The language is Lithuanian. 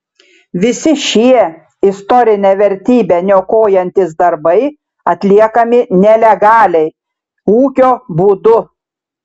visi šie istorinę vertybę niokojantys darbai atliekami nelegaliai ūkio būdu